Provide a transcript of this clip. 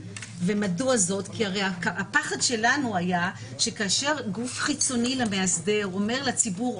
כי הרי הפחש שלנו היה שכאשר גוף חיצוני למאסדר אומר לציבור: